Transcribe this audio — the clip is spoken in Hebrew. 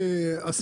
בהתאם לנתחי שוק.